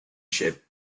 ship